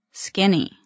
skinny